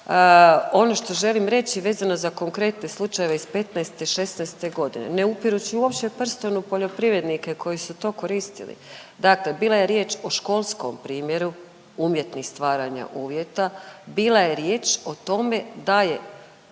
Ono što želim reći vezano za konkretne slučajeve iz '15. i '16. ne upirući uopće prstom u poljoprivrednike koji su to koristili. Dakle, bila je riječ o školskom primjeru umjetnih stvaranja uvjeta, bila je riječ o tome da je